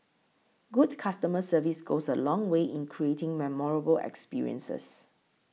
good customer service goes a long way in creating memorable experiences